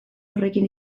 horrekin